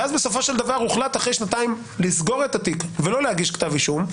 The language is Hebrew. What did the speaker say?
ואז בסופו של דבר אחרי שנתיים הוחלט לסגור את התיק ולא להגיש כתב אישום.